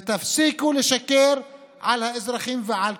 ותפסיקו לשקר לאזרחים ולכולם.